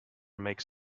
makes